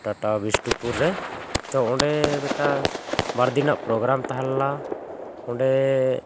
ᱴᱟᱴᱟ ᱵᱤᱥᱴᱩᱯᱩᱨ ᱨᱮ ᱛᱚ ᱚᱸᱰᱮ ᱢᱤᱫᱴᱟᱝ ᱵᱟᱨ ᱫᱤᱱᱟᱜ ᱯᱨᱳᱜᱨᱟᱢ ᱛᱟᱦᱮᱸ ᱞᱮᱱᱟ ᱚᱸᱰᱮ